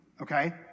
okay